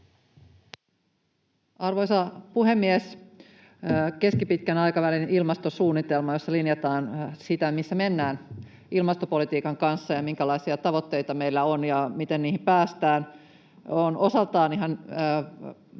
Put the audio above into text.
Arvoisa puhemies! Keskipitkän aikavälin ilmastosuunnitelma, jossa linjataan sitä, missä mennään ilmastopolitiikan kanssa ja minkälaisia tavoitteita meillä on ja miten niihin päästään, on osaltaan ihan